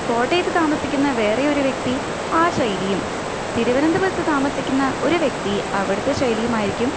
കോട്ടയത്ത് താമസിക്കുന്ന വേറെ ഒരു വ്യക്തി ആ ശൈലിയും തിരുവനന്തപുരത്ത് താമസിക്കുന്ന ഒരു വ്യക്തി അവിടുത്തെ ശൈലിയും ആയിരിക്കും